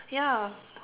ya